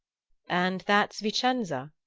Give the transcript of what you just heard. and that's vicenza?